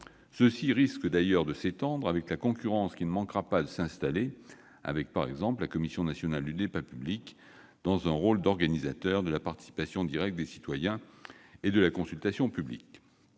emplois risquent encore de s'étendre, notamment à travers la concurrence qui ne manquera pas de s'installer avec la Commission nationale du débat public dans un rôle d'organisateur de la participation directe des citoyens et de la consultation publique.